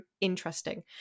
interesting